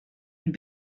een